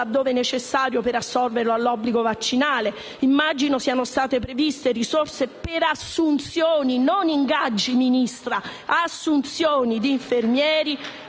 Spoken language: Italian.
laddove necessario per assolvere all'obbligo vaccinale. Immagino siano state previste risorse per assunzioni (non ingaggi, Ministra) di infermieri,